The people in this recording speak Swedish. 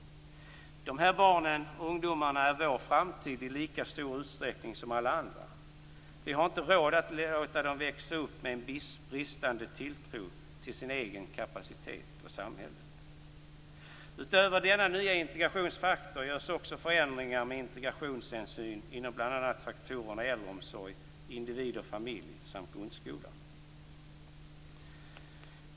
Dessa barn och ungdomar är vår framtid i lika stor utsträckning som alla andra. Vi har inte råd att låta dem växa upp med en bristande tilltro till sin egen kapacitet och till samhället. Utöver denna nya integrationsfaktor görs också förändringar med integrationshänsyn inom bl.a. faktorerna äldreomsorg, individ och familj samt grundskola.